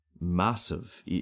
massive